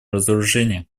разоружения